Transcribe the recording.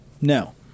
No